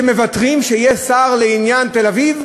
שמוותר על כך שיהיה שר לעניין תל-אביב?